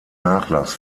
nachlass